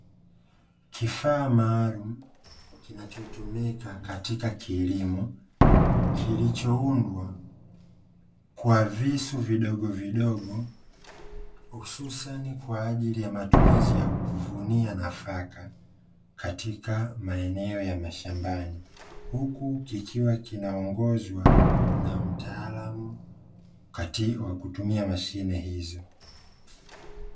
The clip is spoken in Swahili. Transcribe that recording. Kifaa maalumu kinachotumika katika kilimo kilichoundwa kwa visu vidogovidogo, hususani kwa ajili ya matumizi ya kuvunia nafaka katika maeneo ya mashambani huku kikiwa kinaongozwa na mtaalamu wa kutumia mashine hizo.